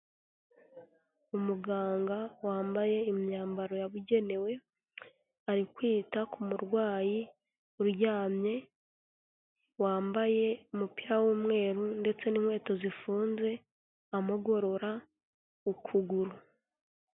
Umuganga wambaye imyambaro yabugenewe, ari kwita ku murwayi uryamye, wambaye umupira w'umweru ndetse n'inkweto zifunze amugorora ukuguru.